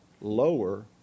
lower